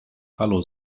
hallo